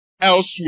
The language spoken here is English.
elsewhere